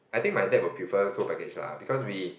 I think my dad will prefer tour package lah because we